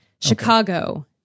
Chicago